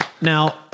Now